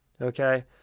okay